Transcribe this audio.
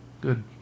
Good